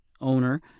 owner